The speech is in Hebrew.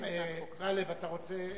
גאלב, אתה רוצה ------ לא,